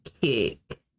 kick